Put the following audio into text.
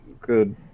good